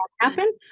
happen